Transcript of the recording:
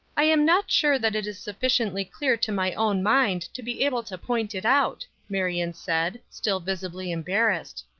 i am not sure that it is sufficiently clear to my own mind to be able to point it out, marion said, still visibly embarrassed.